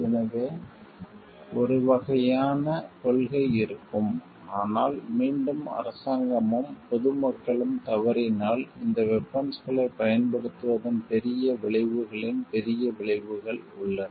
எனவே ஒரு வகையான கொள்கை இருக்கும் ஆனால் மீண்டும் அரசாங்கமும் பொது மக்களும் தவறினால் இந்த வெபன்ஸ்களைப் பயன்படுத்துவதன் பெரிய விளைவுகளின் பெரிய விளைவுகள் உள்ளன